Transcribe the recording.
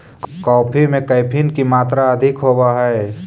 coffee में caffeine की मात्रा अधिक होवअ हई